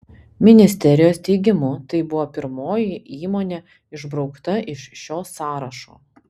ministerijos teigimu tai buvo pirmoji įmonė išbraukta iš šio sąrašo